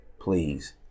please